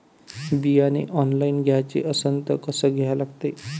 बियाने ऑनलाइन घ्याचे असन त कसं घ्या लागते?